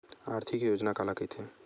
आर्थिक योजना काला कइथे?